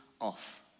off